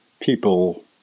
people